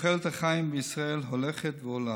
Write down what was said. תוחלת החיים בישראל הולכת ועולה.